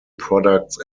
products